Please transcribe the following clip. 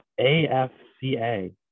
AFCA